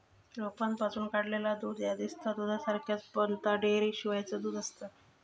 रोपांपासून काढलेला दूध ह्या दिसता दुधासारख्याच, पण ता डेअरीशिवायचा दूध आसता